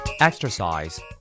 Exercise